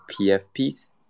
PFPs